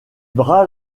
bras